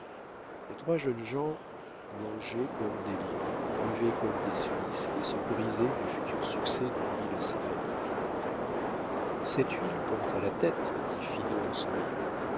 les trois jeunes gens mangeaient comme des lions buvaient comme des suisses et se grisaient du futur succès de l'huile céphalique cette huile porte à la tête dit finot en souriant